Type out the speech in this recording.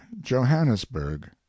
Johannesburg